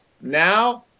Now